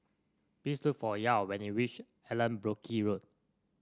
please look for Yael when you reach Allanbrooke Road